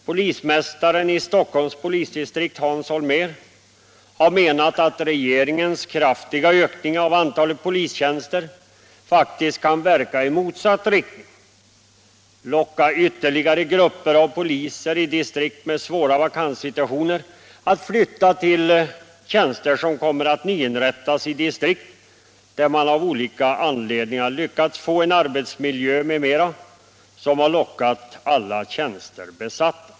Polismästaren i Stockholms polisdis trikt Hans Holmér har framfört åsikten att regeringens kraftiga ökning av antalet polistjänster faktiskt kan verka i motsatt riktning, dvs. locka ytterligare grupper av poliser i distrikt med svåra vakanssituationer att flytta till nyinrättade tjänster i distrikt där man av olika anledningar lyckats få en sådan arbetsmiljö att man fått alla tjänster besatta.